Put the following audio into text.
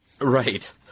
right